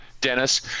Dennis